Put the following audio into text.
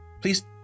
Please